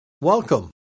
welcome